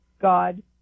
god